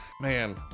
man